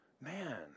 Man